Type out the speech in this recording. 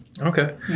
Okay